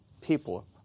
people